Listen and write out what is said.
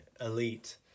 elite